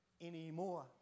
anymore